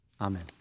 Amen